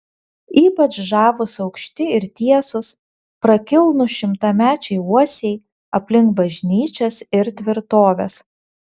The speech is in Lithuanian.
ypač žavūs aukšti ir tiesūs prakilnūs šimtamečiai uosiai aplink bažnyčias ir tvirtoves